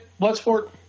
Bloodsport